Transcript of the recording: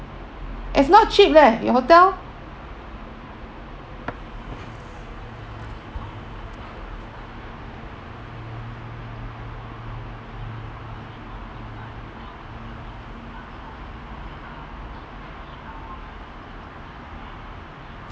it's not cheap leh your hotel